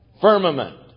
firmament